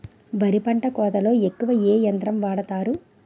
వరి పంట కోతలొ ఎక్కువ ఏ యంత్రం వాడతారు?